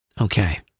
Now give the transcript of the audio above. Okay